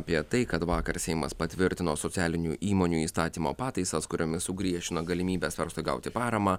apie tai kad vakar seimas patvirtino socialinių įmonių įstatymo pataisas kuriomis sugriežtino galimybę svarsto gauti paramą